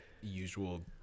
usual